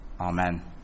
amen